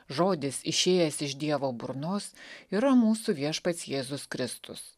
žodis išėjęs iš dievo burnos ir mūsų viešpats jėzus kristus